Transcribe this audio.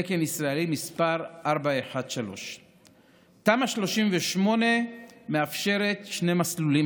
תקן ישראלי מס' 413. תמ"א 38 מאפשרת שני מסלולים